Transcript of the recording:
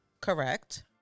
Correct